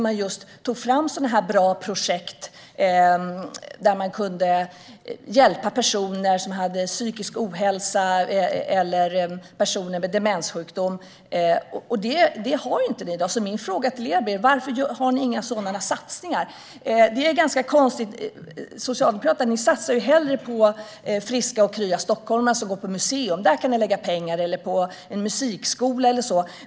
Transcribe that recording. Man tog fram bra projekt, där man kunde hjälpa personer som hade psykisk ohälsa eller personer med demenssjukdom. Detta har inte ni. Därför blir min fråga till er: Varför har ni inga sådana satsningar? Det är ganska konstigt. Socialdemokraterna satsar hellre på friska och krya stockholmare som går på museer - där kan ni lägga pengar - eller på en musikskola eller så.